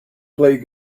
played